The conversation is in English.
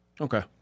Okay